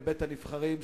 בבית-הנבחרים,